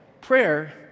Prayer